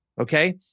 Okay